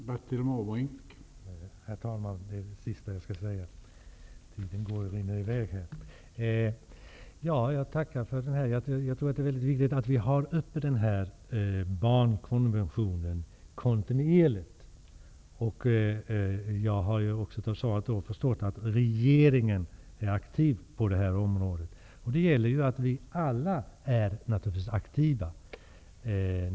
Herr talman! Detta är det sista jag skall säga. Tiden rinner i väg här. Jag tackar för detta. Jag tror att det är mycket viktigt att vi har den här barnkonventionen uppe kontinuerligt. Av svaret har jag förstått att regeringen är aktiv på det här området. Det gäller naturligtvis att vi alla är aktiva.